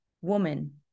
Woman